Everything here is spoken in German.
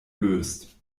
löst